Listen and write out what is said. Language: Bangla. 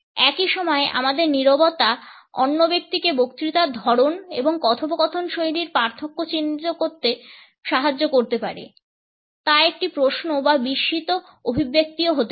একই সময়ে আমাদের নীরবতা অন্য ব্যক্তিকে বক্তৃতার ধরন এবং কথোপকথন শৈলীর পার্থক্য চিহ্নিত করতে সাহায্য করতে পারে তা একটি প্রশ্ন বা বিস্মিত অভিব্যক্তিও হতে পারে